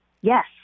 Yes